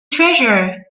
treasure